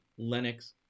Linux